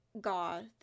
goth